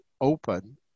open